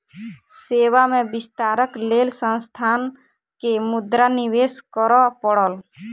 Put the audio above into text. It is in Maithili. सेवा में विस्तारक लेल संस्थान के मुद्रा निवेश करअ पड़ल